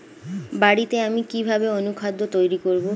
বাড়িতে আমি কিভাবে অনুখাদ্য তৈরি করব?